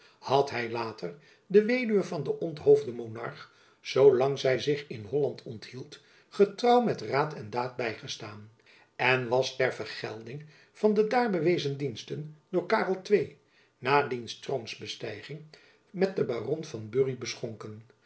had hy later de weduwe van den onthoofden monarch zoo lang zy zich in holland onthield getrouw met raad en daad bygestaan en was ter vergelding van de haar bewezen diensten door karel ii na diens troonbestijging met de barony van bury beschonken